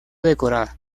decorada